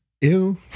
Ew